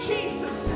Jesus